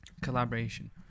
collaboration